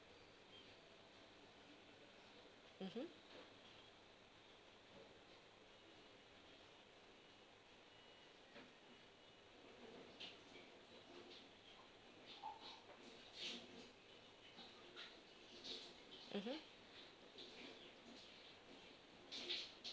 mmhmm mmhmm